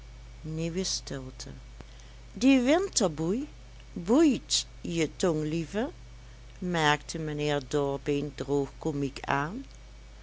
nieuwe stilte die winterboei boeit je tong lieve merkte mijnheer dorbeen droogkomiek aan